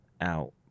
out